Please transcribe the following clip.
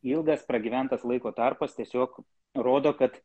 ilgas pragyventas laiko tarpas tiesiog rodo kad